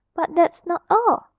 but that's not all.